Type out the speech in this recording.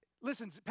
listen